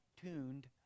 tuned